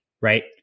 right